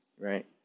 right